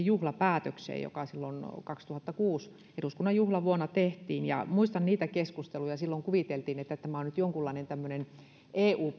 juhlapäätökseen joka kaksituhattakuusi eduskunnan juhlavuonna tehtiin muistan niitä keskusteluja silloin kuviteltiin että tämä on nyt tämmöinen jonkunlainen eu